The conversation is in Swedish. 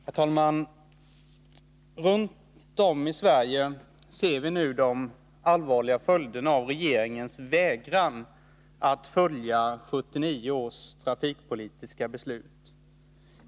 Herr talman! Runt om i Sverige ser vi nu de allvarliga följderna av regeringens vägran att följa 1979 års trafikpolitiska beslut.